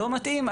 לא מתאים,